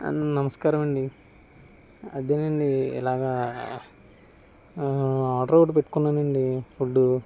అండి నమస్కారం అండి అదేనండి ఇలాగా ఆ ఆర్డర్ ఒకటి పెట్టుకున్నానండి ఫుడ్